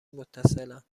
متصلاند